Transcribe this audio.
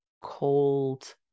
cold